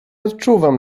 odczuwam